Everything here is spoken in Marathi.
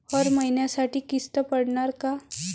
हर महिन्यासाठी किस्त पडनार का?